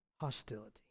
hostility